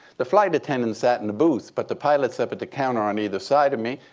the flight attendants sat in the booth, but the pilots up at the counter on either side of me,